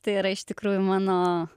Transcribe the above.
tai yra iš tikrųjų mano